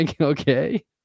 okay